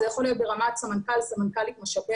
זה יכול להיות ברמת סמנכ"ל/סמנכ"לית משאבי